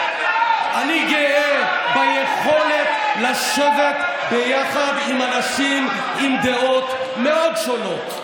אני גאה ביכולת לשבת ביחד עם אנשים עם דעות מאוד שונות.